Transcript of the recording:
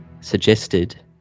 suggested